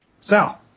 Sal